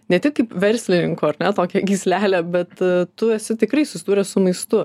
ne tik kaip verslininko ar ne tokią gyslelę bet tu esi tikrai susidūręs su maistu